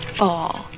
fall